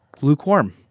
lukewarm